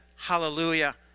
Hallelujah